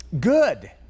good